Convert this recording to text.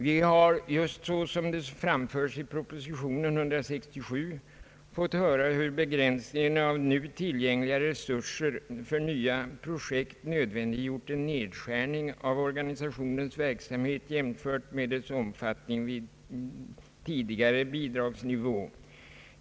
Vi har just såsom det framförts i proposition nr 167 fått veta hur begränsningen av nu tillgängliga resurser för nya projekt nödvändiggjort en nedskärning av organisationens verksamhet jämfört med dess omfattning vid tidigare bidragsnivå.